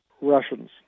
Russians